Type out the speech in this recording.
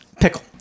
Pickle